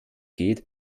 geht